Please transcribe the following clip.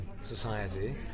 society